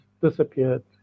disappeared